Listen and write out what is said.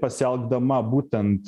pasielgdama būtent